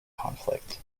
conflict